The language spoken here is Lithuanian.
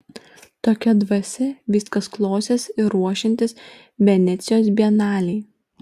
tokia dvasia viskas klostėsi ir ruošiantis venecijos bienalei